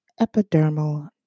epidermal